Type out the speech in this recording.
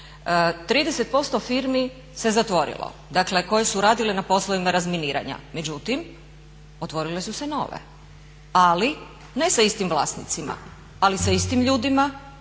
30% firmi se zatvorilo, dakle koje su radile na poslovima razminiranja, međutim otvorile su se nove, ali ne sa istim vlasnicima ali sa istim ljudima